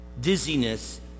dizziness